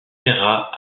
serra